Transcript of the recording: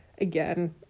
Again